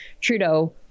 Trudeau